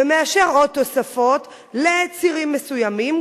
ומאשר עוד תוספות לצירים מסוימים,